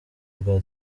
bwa